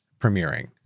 premiering